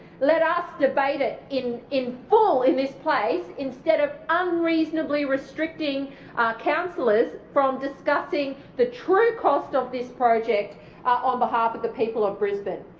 let us debate it in in full in this place instead of unreasonably restricting councillors from discussing the true cost of this project on behalf of the people of brisbane.